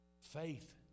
Faith